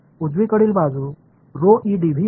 எனவே வலது புறம் ஆக இருக்கும்